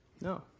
No